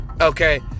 okay